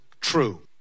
true